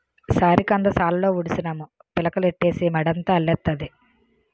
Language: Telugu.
సారికంద సాలులో ఉడిసినాము పిలకలెట్టీసి మడంతా అల్లెత్తాది